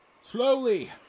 Slowly